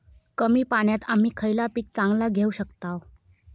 कमी पाण्यात आम्ही खयला पीक चांगला घेव शकताव?